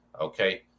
okay